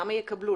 למה יקבלו?